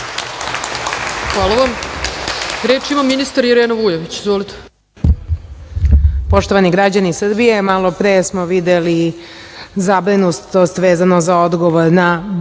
Hvala vam. Reč ima ministar Irena Vujović. **Irena